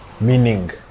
meaning